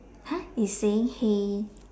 !huh! you saying he's saying hey